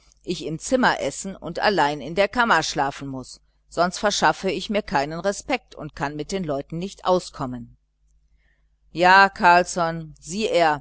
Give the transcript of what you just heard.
ich im zimmer essen und allein in der kammer schlafen muß sonst verschaffe ich mir keinen respekt und kann mit den leuten nicht auskommen ja carlsson sieh er